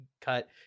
cut